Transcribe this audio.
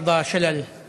אני